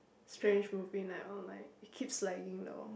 strange would be in that oh like it keeps lagging though